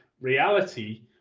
reality